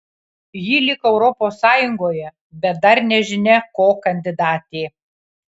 ji lyg europos sąjungoje bet dar nežinia ko kandidatė